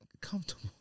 Comfortable